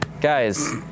Guys